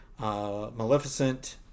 Maleficent